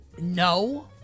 no